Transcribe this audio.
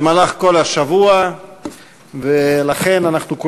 הצעת חוק להגדלת שיעור ההשתתפות בכוח העבודה ולצמצום פערים